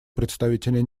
представителя